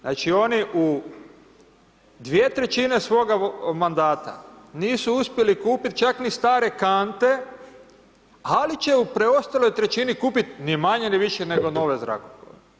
Znači, oni u 2/3 svoga mandata nisu uspjeli kupit čak ni stare kante, ali će u preostaloj trećini, kupit mi manje, ni više nego nove zrakoplove.